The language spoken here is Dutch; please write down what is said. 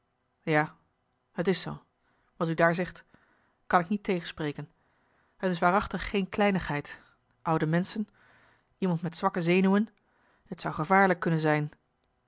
ja t is zoo wat u daar zegt kan ik niet tegenspreken t is waarachtig geen kleinigheid oude menschen iemand met zwakke zenuwen het zou gevaarlijk kunnen zijn